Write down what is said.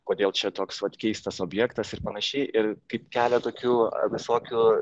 kodėl čia toks vat keistas objektas ir panašiai ir kaip kelia tokių visokių